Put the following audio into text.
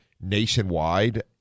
nationwide